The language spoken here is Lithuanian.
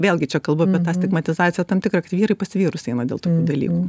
vėlgi čia kalbam apie tą stigmatizacija tam tikrą kad vyrai pas vyrus ateina dėl tų dalykų